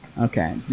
Okay